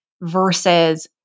versus